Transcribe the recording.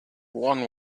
one